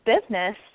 business